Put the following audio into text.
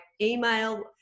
email